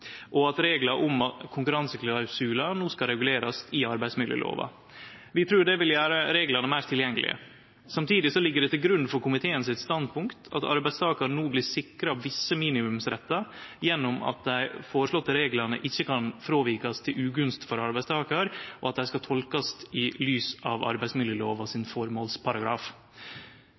og at reglar om konkurranseklausular no skal regulerast i arbeidsmiljølova. Vi trur det vil gjere reglane meir tilgjengelege. Samtidig ligg det til grunn for komiteen sitt standpunkt at arbeidstakar no blir sikra visse minimumsrettar gjennom at dei føreslåtte reglane ikkje kan fråvikast til ugunst for arbeidstakar, og at dei skal tolkast i lys av arbeidsmiljølova sin formålsparagraf.